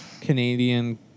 Canadian